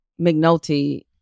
McNulty